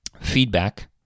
feedback